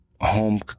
home